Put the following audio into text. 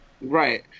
Right